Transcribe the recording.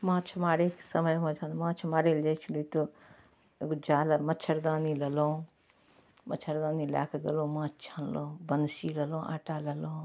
माँछ मारैके समयमे जहन माँछ मारै लए जाइ छलियै तऽ एगो जाल आओर मच्छरदानी लेलहुॅं मच्छरदानी लए कऽ गेलहुॅं माँछ छलहुॅं बंसी लेलहुॅं आटा लेलहुॅं